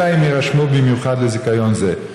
אלא אם יירשמו במיוחד לזיכיון זה.